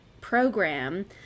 program